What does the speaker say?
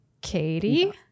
Katie